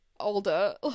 older